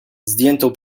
zdjętą